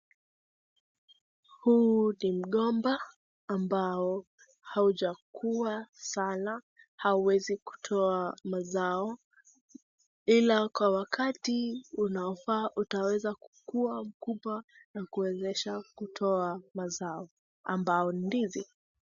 Huu ni mgomba ambao hujakuwa sana hauwezi kutoa mazao ila kwa wakati unaofaa utaweza kukua mkubwa na kuwezesha kutoa mazao ambao ndizi.